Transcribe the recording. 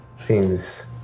Seems